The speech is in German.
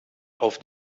auf